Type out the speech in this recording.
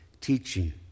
teaching